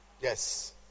Yes